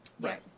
Right